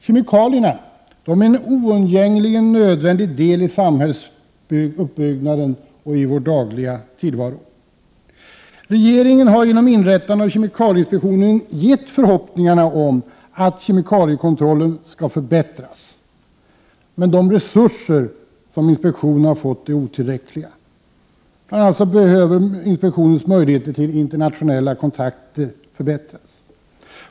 Kemikalierna är en oundgängligen nödvändig del i samhällsuppbyggnaden och i vår dagliga tillvaro. Regeringen har genom inrättandet av kemikalieinspektionen gett förhoppningar om att kemikaliekontrollen skall förbättras. De resurser som inspektionen har fått är emellertid otillräckliga, och möjligheterna till internationella kontakter behöver förbättras.